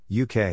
UK